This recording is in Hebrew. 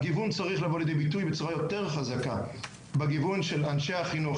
הגיוון צריך לבוא לידי ביטוי בצורה יותר חזקה בגיוון של אנשי החינוך,